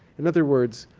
in other words,